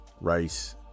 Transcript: Rice